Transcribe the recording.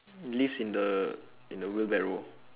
leaves in the in the wheelbarrow